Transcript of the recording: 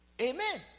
Amen